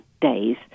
days